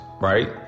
right